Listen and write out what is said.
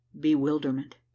bewilderment